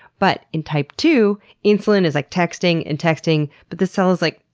but in type two insulin is, like, texting, and texting, but the cell is like